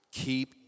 keep